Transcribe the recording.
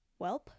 Welp